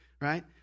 right